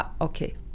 okay